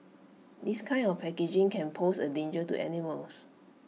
this kind of packaging can pose A danger to animals